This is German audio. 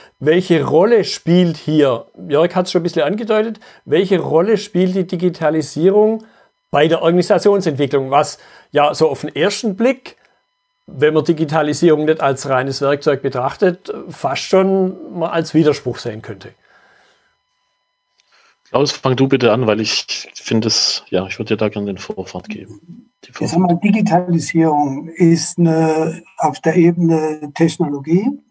Welche Rolle spielt hier, Jörg hat's schon ein bisschen angedeutet, welche Rolle spielt die Digitalisierung bei der Organisationsentwicklung? Was ja so auf den ersten Blick, wenn man Digitalisierung nicht als reines Werkzeug betrachtet, fast schon mal als Widerspruch sehen könnte. Klaus, fang du bitte an, weil ich finde es- ja, ich würde dir da gerne den Vorfahrt geben. Die Vor- Ich sag mal, Digitalisierung ist eine- auf der Ebene Technologie.